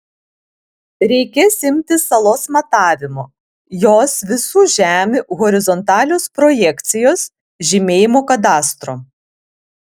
reikės imtis salos matavimo jos visų žemių horizontalios projekcijos žymėjimo kadastro